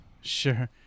Sure